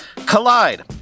Collide